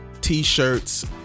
t-shirts